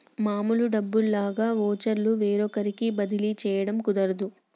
మామూలు డబ్బుల్లాగా వోచర్లు వేరొకరికి బదిలీ చేయడం కుదరదు